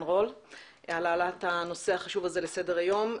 רול על העלאת הנושא החשוב הזה לסדר היום.